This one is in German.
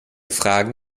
fragen